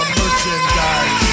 merchandise